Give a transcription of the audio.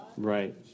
right